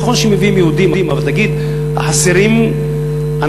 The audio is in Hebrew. נכון שמביאים יהודים, אבל תגיד, חסרים אנחנו,